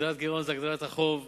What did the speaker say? הגדלת גירעון זה הגדלת חוב,